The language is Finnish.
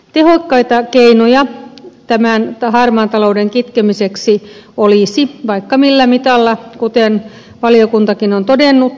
tehokkaita keinoja tämän harmaan talouden kitkemiseksi olisi vaikka millä mitalla kuten valiokuntakin on todennut